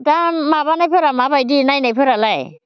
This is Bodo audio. दा माबानायफोरा माबायदि नायनायफोरालाय